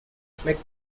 flick